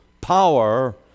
power